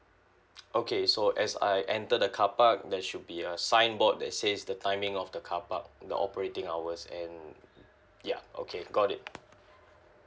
okay so as I enter the carpark there should be a signboard that says the timing of the carpark the operating hours and ya okay got it